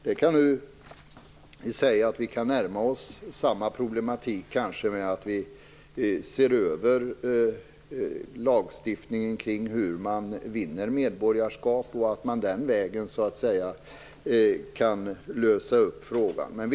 Vi kan kanske närma oss samma problem genom att vi ser över lagstiftningen kring hur man vinner medborgarskap. Man kan kanske lösa upp frågan den vägen.